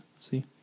see